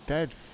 dead